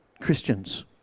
Christians